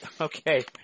okay